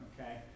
Okay